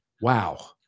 wow